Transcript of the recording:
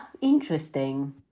interesting